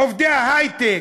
עובדי ההיי-טק,